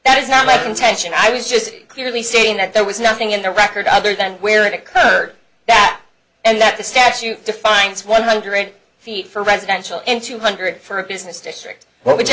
that is not my contention i was just clearly stating that there was nothing in the record other than where it occurred that and that the statute defines one hundred feet for residential and two hundred for a business district but would